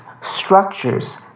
structures